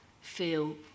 feel